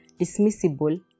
dismissible